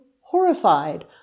horrified